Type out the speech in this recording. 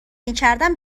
میکردم